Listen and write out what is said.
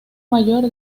mayor